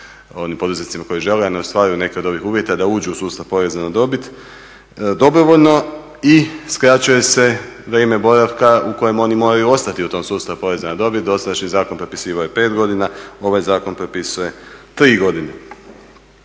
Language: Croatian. onim poduzetnicima koji žele, a ne ostvaruju neke od ovih uvjeta da uđu u sustav poreza na dobit dobrovoljno i skraćuje se vrijeme boravka u kojem oni moraju ostati u tom sustavu poreza na dobit. Dosadašnji zakon propisivao je pet godina. Ovaj zakon propisuje tri godine.